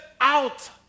out